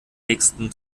nächsten